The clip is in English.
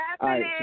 happening